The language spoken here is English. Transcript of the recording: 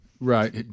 Right